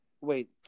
wait